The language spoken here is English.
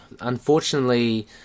unfortunately